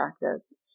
practice